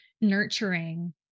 nurturing